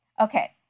Okay